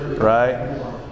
right